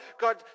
God